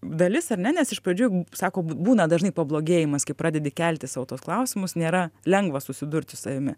dalis ar ne nes iš pradžių sako būna dažnai pablogėjimas kai pradedi kelti sau tuos klausimus nėra lengva susidurt su savimi